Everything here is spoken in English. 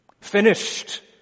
finished